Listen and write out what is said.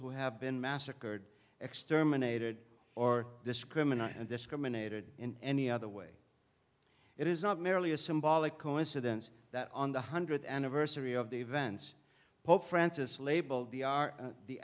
who have been massacred exterminated or discriminant and discriminated in any other way it is not merely a symbolic coincidence that on the hundredth anniversary of the events pope francis labeled the are the